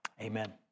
Amen